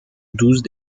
douze